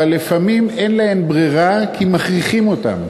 אבל לפעמים אין להן ברירה, כי מכריחים אותן.